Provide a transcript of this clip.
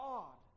God